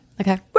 Okay